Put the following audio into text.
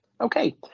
Okay